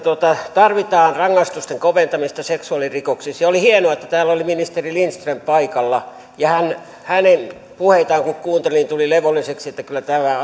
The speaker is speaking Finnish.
tarvitaan rangaistusten koventamista seksuaalirikoksissa ja oli hienoa että täällä oli ministeri lindström paikalla hänen puheitaan kun kuunteli niin tuli levolliseksi että kyllä tämä